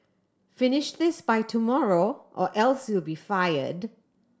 finish this by tomorrow or else you'll be fired